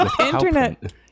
Internet